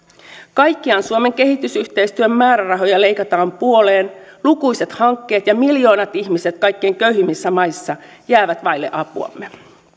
kaikkiaan suomen kehitysyhteistyön määrärahoja leikataan puoleen lukuisat hankkeet ja miljoonat ihmiset kaikkein köyhimmissä maissa jäävät vaille apuamme